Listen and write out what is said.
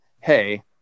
hey